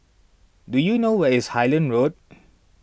do you know where is Highland Road